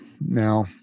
now